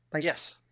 Yes